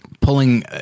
pulling